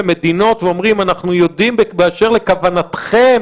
למדינות ואומרים: אנחנו יודעים באשר לכוונתכם